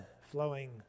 flowing